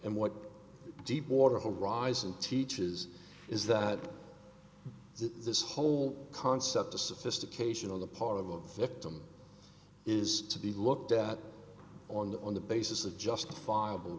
and what deepwater horizon teaches is that this whole concept of sophistication on the part of a victim is to be looked at on the basis of justifiable